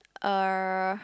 er